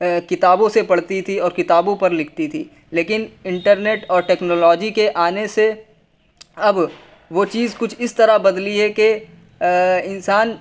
کتابوں سے پڑھتی تھی اور کتابوں پر لکھتی تھی لیکن انٹرنیٹ اور ٹیکنالوجی کے آنے سے اب وہ چیز کچھ اس طرح بدلی ہے کہ انسان